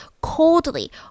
coldly